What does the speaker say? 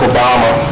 Obama